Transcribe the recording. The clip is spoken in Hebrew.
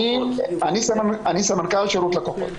אני סמנכ"ל שירות לקוחות.